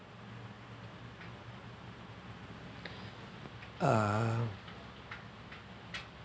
uh